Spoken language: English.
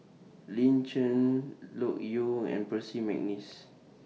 Lin Chen Loke Yew and Percy Mcneice